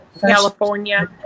California